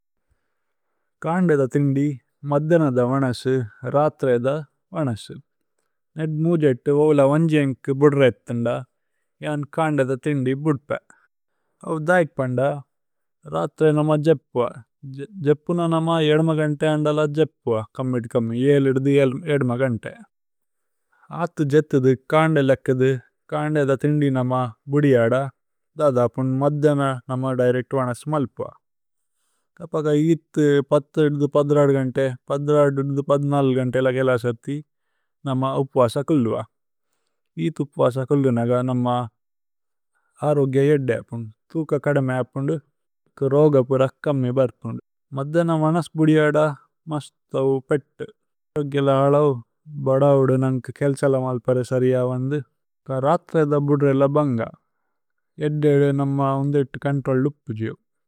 കാന്ദേദ ഥിന്ദി മദ്ദന ദ വനസു രാത്രേ ദ। വനസു നേദ് മുജേത് ഓവല വന്ജി ഏന്കു ബുദ്ര। ഏത്ഥിന്ദ യാന് കാന്ദേദ ഥിന്ദി ബുദ്പേ ഔ ദൈക്। പന്ദ രാത്രേ നമ ജേപ്പുവ ജേപ്പുന നമ യേദ്മ। ഗന്തേ അന്ദല ജേപ്പുവ കമ്മിദ് കമ്മിദ് യേല് ഇദ്ദി। യേദ്മ ഗന്തേ ആഥു ജേത്ഥിദു കാന്ദേദ ലേക്കിദു। കാന്ദേദ ഥിന്ദി നമ ബുദിഅദ ദദപുന് മദ്ദന। നമ ദൈരേക്തു വനസു മല്പുഅ കപക ഇത്ഥു പത്ഥു। ഇദ്ദു പത്ഥു രാദു ഗന്തേ പത്ഥു രാദു ഇദ്ദ് പത്ഥു। നാല് ഗന്തേ യേലഗേല സത്ഥി നമ ഉപ്വസകുല്ലുവ। ഇത്ഥു ഉപ്വസകുല്ലു നഗ നമ അരോഗ്യ। യേദ്ദ ഏപ്പുന് ഥുക കദമ ഏപ്പുന് രോഗപുര കമി। ബര്പുന് മദ്ദന വനസു ബുദിഅദ മസ്തൌ। പേത്തു അരോഗ്യല ഹലൌ ബദൌദു നന്ക കേല്സല। മല്പരേ സരിയ വന്ദു ക രാത്രേ ദ ബുദ്രേല ബന്ഗ। ഏദ്ദ ഇദ്ദു നമ ഉന്ദൈത്തു കോന്ത്രോല്ലു പുജിയോ।